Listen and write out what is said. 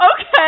Okay